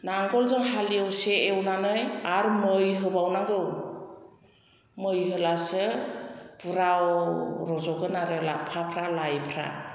नांगोलजों हाल एवसे एवनानै आरो मै होबावनांगौ मै होब्लासो बुराव रज'गोन आरो लाफाफोरा लायफोरा